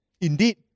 Indeed